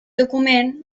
document